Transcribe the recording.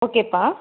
ஓகேப்பா